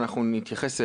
ואנחנו נתייחס אליה.